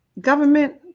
government